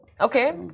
okay